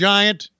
Giant